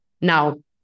Now